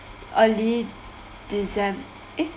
early decem~ eh